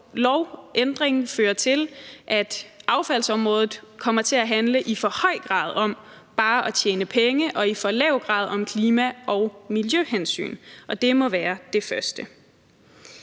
lovændring fører til, at affaldsområdet i for høj grad kommer til bare at handle om at tjene penge og i for lav grad om klima og miljøhensyn, hvilket må være det første.